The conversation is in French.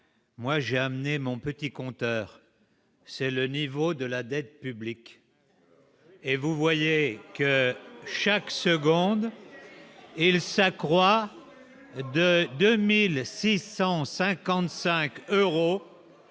moi j'ai amené mon petit compteur, c'est le niveau de la dette publique. Et vous voyez que chaque seconde, il s'accroît de 2655 euros